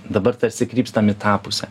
dabar tarsi krypstam į tą pusę